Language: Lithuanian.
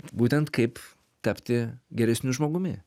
būtent kaip tapti geresniu žmogumi